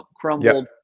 crumbled